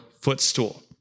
footstool